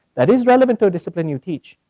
that is relevant to a discipline you teach,